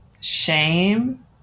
shame